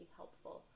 helpful